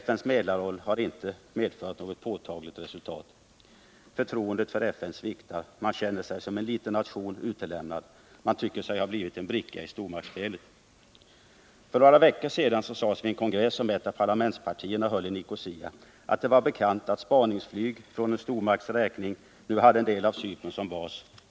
FN:s medlarroll har inte medfört något påtagligt resultat. Förtroendet för FN sviktar. Befolkningen upplever Cypern som en liten och utlämnad nation och tycker sig ha blivit en bricka i stormaktsspelet. För några veckor sedan sades vid en kongress som ett av parlamentspartierna höll i Nicosia att det var bekant att spaningsflyg för en stormakts räkning nu hade en del av Cypern som bas.